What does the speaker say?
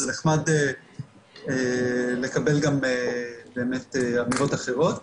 זה נחמד לקבל גם באמת אמירות אחרות.